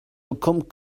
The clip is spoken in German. bekommt